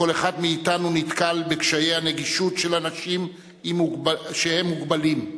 כל אחד מאתנו נתקל בקשיי הנגישות של אנשים שהם מוגבלים: